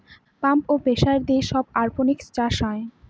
pump আর pressure দিয়ে সব অরপনিক্স চাষ হয়